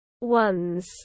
ones